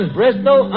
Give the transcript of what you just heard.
Bristol